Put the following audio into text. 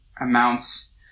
amounts